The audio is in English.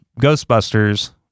Ghostbusters